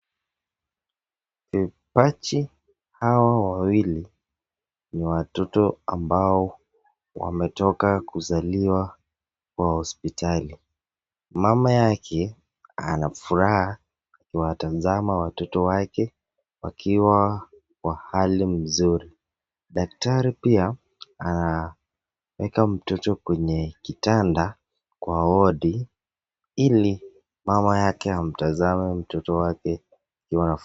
Mapacha hao wawili ni watoto ambayo wametoka kuzaliwa kwa hospitali. Mama yake anawatazama kwa furaha akiwatazama watoto wake wakiwa kwa hali mzuri. Daktari pia anaweka mtoto kwenye kitanda kwa wodi hili mama yake amtazame mtoto wake.